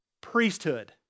priesthood